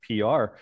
PR